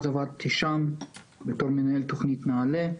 אז עבדתי שם בתור מנהל תוכנית נעל"ה.